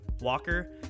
Walker